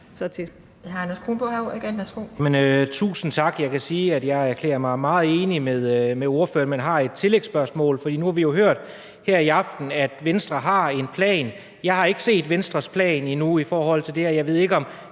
Tusind tak. Jeg kan sige, at jeg erklærer mig meget enig med ordføreren, og jeg har et tillægsspørgsmål. Nu har vi jo hørt her i aften, at Venstre har en plan. Jeg har ikke set Venstres plan i forhold til det her, og jeg ved ikke, om